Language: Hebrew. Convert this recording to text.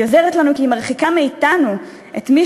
היא עוזרת לנו כי היא מרחיקה מאתנו את מי